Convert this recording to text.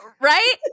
Right